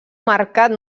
mercat